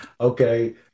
Okay